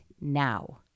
now